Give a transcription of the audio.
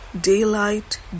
daylight